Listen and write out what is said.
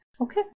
okay